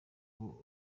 habaho